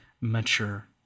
mature